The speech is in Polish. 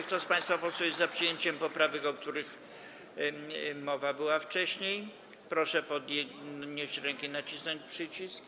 Kto z państwa posłów jest za przyjęciem poprawek, o których była mowa wcześniej, proszę podnieść rękę i nacisnąć przycisk.